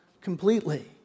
completely